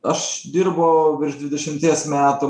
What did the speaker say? aš dirbau virš dvidešimties metų